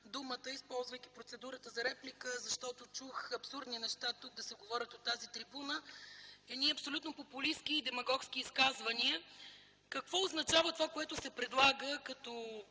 думата, използвайки процедурата за реплика, защото чух абсурдни неща да се говорят тук, от тази трибуна – едни абсолютно популистки, демагогски изказвания. Какво означава това, което се предлага като